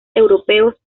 europeos